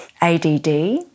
ADD